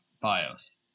bios